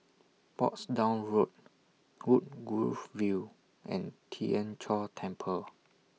Portsdown Road Woodgrove View and Tien Chor Temple